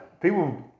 People